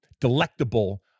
delectable